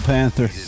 Panther